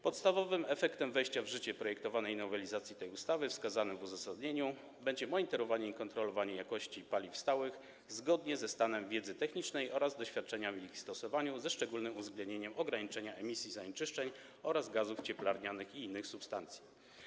Podstawowym efektem wejścia w życie projektowanej nowelizacji tej ustawy wskazanym w uzasadnieniu będzie monitorowanie i kontrolowanie jakości paliw stałych, zgodnie ze stanem wiedzy technicznej oraz doświadczeniami w ich stosowaniu, ze szczególnym uwzględnieniem ograniczenia emisji zanieczyszczeń oraz gazów cieplarnianych i innych substancji.